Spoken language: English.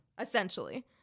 essentially